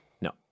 No